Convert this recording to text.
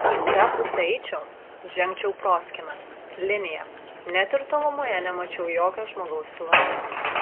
į kurią pusę eičiau žengčiau proskyna linija net ir tolumoje nemačiau jokio žmogaus silueto